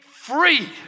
free